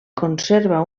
conserva